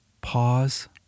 Pause